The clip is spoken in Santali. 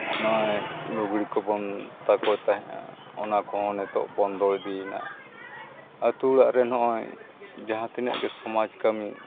ᱱᱚᱜᱼᱚᱸᱭ ᱞᱩᱜᱽᱲᱤ ᱠᱚᱵᱚᱱ ᱛᱟᱠᱚᱭ ᱛᱟᱦᱮᱱᱟ ᱚᱱᱟ ᱠᱚ ᱦᱚᱸ ᱱᱤᱛᱚᱜ ᱵᱚᱱᱫᱚ ᱤᱫᱤᱭᱱᱟ ᱟᱛᱳ ᱚᱲᱟᱜ ᱨᱮ ᱱᱚᱜᱼᱚᱸᱭ ᱡᱟᱦᱟᱸ ᱛᱤᱱᱟᱹᱜ ᱜᱮ ᱥᱚᱢᱟᱡᱽ ᱠᱟᱹᱢᱤ